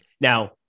Now